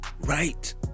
right